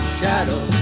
shadow